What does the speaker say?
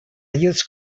ajuts